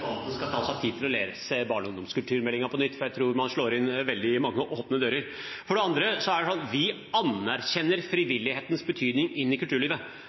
skal ta seg tid til å lese barne- og ungdomskulturmeldingen på nytt, for jeg tror man slår inn veldig mange åpne dører. For det andre er det sånn at vi anerkjenner frivillighetens betydning i kulturlivet.